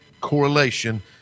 correlation